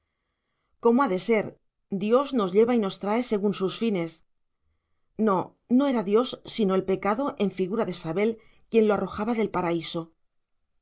cómo ha de ser dios nos lleva y trae según sus fines no no era dios sino el pecado en figura de sabel quien lo arrojaba del paraíso